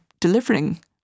delivering